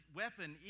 weapon